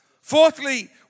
Fourthly